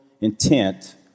intent